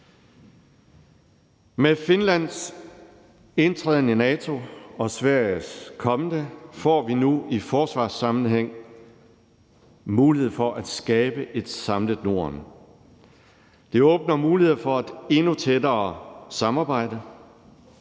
Med Finlands indtræden i NATO og Sveriges kommende får vi nu i forsvarssammenhæng mulighed for at skabe et samlet Norden. Det åbner muligheder for et endnu tættere samarbejde.